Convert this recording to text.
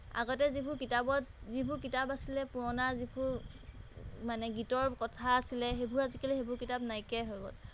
আগতে যিবোৰ কিতাপত যিবোৰ কিতাপ আছিলে পুৰণা যিবোৰ মানে গীতৰ কথা আছিল সেইবোৰ আজিকালি সেইবোৰ কিতাপ নাইকিয়াই হৈ গ'ল